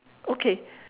okay